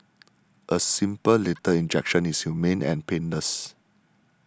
a simple lethal injection is humane and painless